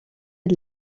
het